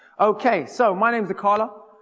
okay! so, my name is akala,